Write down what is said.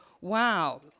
wow